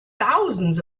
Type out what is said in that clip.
thousands